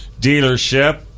dealership